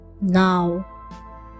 Now